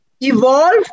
evolved